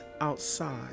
Outside